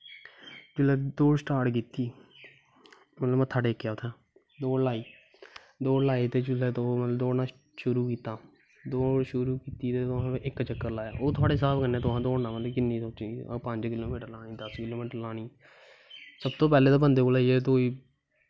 जिसलै दौड़ स्टार्ट कीती मतलब मत्था टेकेआ उत्थां दा दोड़ लाई जिसलै दौड़ लाई ते शुरु कीता दौड़ लाई तुसें इक चक्कर लाया ते ओह् थुआढ़े स्हाब कन्नै दौड़ना मतलब कि किन्ना पंज किलो मीटर लानी दस किलो मीटर लानी सब तो पैह्लैं ते बंदे कोला दा एह् ही